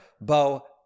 Bo